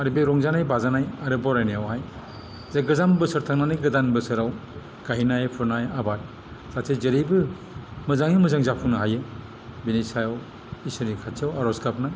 आरो बे रंजानाय बाजानाय आरो बरायनायावहाय जे गोजाम बोसोर थांनानै गोदान बोसोराव गायनाय फुनाय आबाद जाथे जेरैबो मोजाङै मोजां जाफुंनो हायो बिनि सायाव इसोरनि खाथियाव आरज गाबनाय